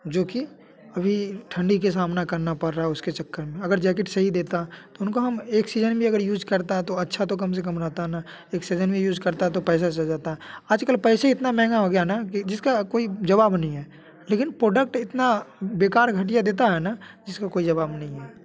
जो कि अभी ठंडी के सामना करना पड़ रहा उसके चक्कर में अगर जैकेट सही देता तो उनको हम एक सीज़न भी अगर यूज़ करता तो अच्छा तो कम से कम रहता न एक सीज़न भी यूज़ करता तो पैसा सध जाता आजकल पैसे इतना महँगा हो गया न कि जिसका कोई जवाब नहीं है लेकिन प्रोडक्ट इतना बेकार घटिया देता है न जिसका कोई जवाब नहीं है